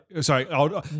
sorry